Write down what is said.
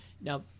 Now